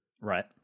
Right